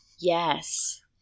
yes